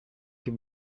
più